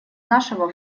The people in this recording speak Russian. нашего